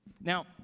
Now